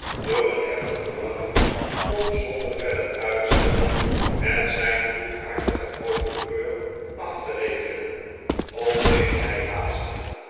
door een heftig veriangen om zonder verder uitstel met zijn goedhartigen procureur af te rekenen ontbeet hij haastig